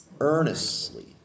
earnestly